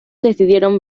decidieron